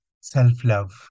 self-love